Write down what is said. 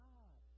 God